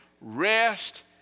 rest